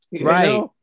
Right